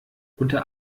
unter